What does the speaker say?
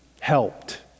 helped